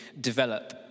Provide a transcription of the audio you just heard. develop